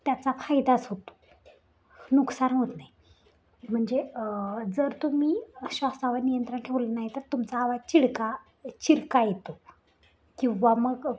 त्याचा फायदाच होतो नुकसान होत नाही म्हणजे जर तुम्ही श्वासावर नियंत्रण ठेवलं नाही तर तुमचा आवाज चिडका चिरका येतो किंवा मग